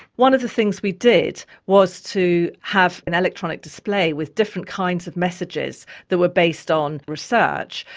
one of the things we did was to have an electronic display with different kinds of messages that were based on research,